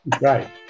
Right